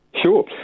Sure